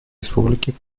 республики